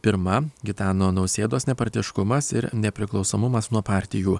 pirma gitano nausėdos nepartiškumas ir nepriklausomumas nuo partijų